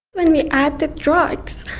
when we add the drugs,